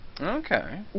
Okay